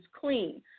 clean